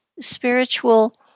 spiritual